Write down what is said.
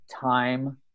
time